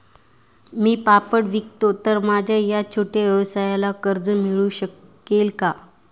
मी पापड विकतो तर माझ्या या छोट्या व्यवसायाला कर्ज मिळू शकेल का?